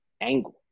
angle